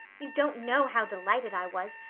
you don't know how delighted i was.